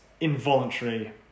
involuntary